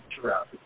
throughout